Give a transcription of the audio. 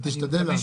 אתה תשתדל לענות.